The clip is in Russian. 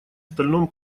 стальном